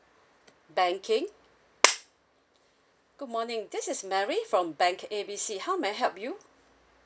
banking good morning this is mary from bank A B C how may I help you